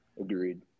Agreed